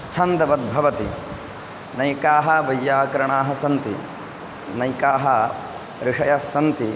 छन्दवद्भवति नैकाः वैय्याकरणाः सन्ति नैकाः ऋषयः सन्ति